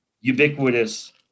ubiquitous